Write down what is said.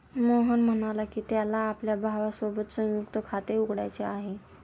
मोहन म्हणाला की, त्याला आपल्या भावासोबत संयुक्त खाते उघडायचे आहे